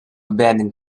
abandon